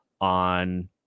on